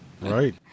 Right